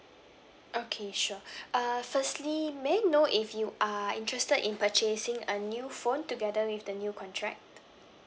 okay sure uh firstly may I know if you are interested in purchasing a new phone together with the new contract